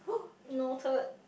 noted